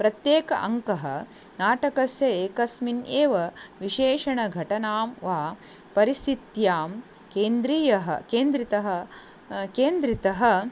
प्रत्येकम् अङ्कः नाटकस्य एकस्मिन् एव विशेषणघटनां वा परिस्थित्यां केन्द्रीयः केन्द्रतः केन्द्रतः